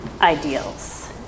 ideals